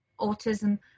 autism